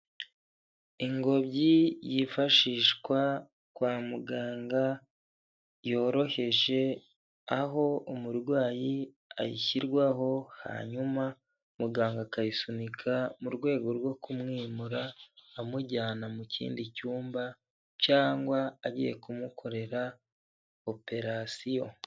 Ingobyi yifashishwa kwa muganga yoroheje, aho umurwayi ayishyirwaho hanyuma muganga akayisunika mu rwego rwo kumwimura amujyana mu kindi cyumba, cyangwa agiye kumukorera operasiyo.